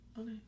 Okay